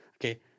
okay